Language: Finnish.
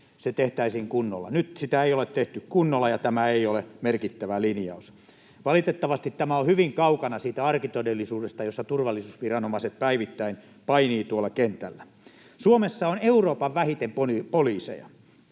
se tehtäisiin kunnolla. Nyt sitä ei ole tehty kunnolla, ja tämä ei ole merkittävä linjaus. Valitettavasti tämä on hyvin kaukana siitä arkitodellisuudesta, jossa turvallisuusviranomaiset päivittäin painivat tuolla kentällä. Suomessa on Euroopan vähiten poliiseja,